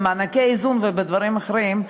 במענקי איזון ובדברים אחרים,